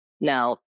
Now